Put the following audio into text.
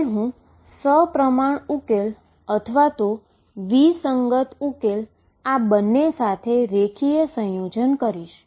હવે હુ સપ્રમાણ ઉકેલ અથવા વિસંગત ઉકેલ બંને સાથે લીનીઅર કોમ્બીનેશનન કરીશ